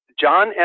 John